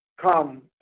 come